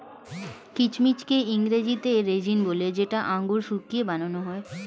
কিচমিচকে ইংরেজিতে রেজিন বলে যেটা আঙুর শুকিয়ে বানান হয়